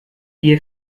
ihr